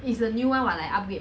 it's the new [one] [what] I upgrade